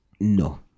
No